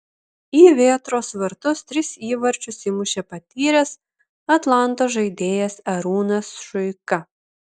į vėtros vartus tris įvarčius įmušė patyręs atlanto žaidėjas arūnas šuika